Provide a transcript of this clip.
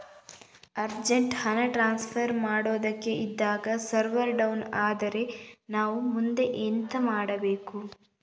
Urgent ಹಣ transfer ಮಾಡೋದಕ್ಕೆ ಇದ್ದಾಗ ಸರ್ವರ್ ಡೌನ್ ಆದರೆ ನಾವು ಮುಂದೆ ಎಂತ ಮಾಡಬೇಕು?